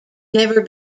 never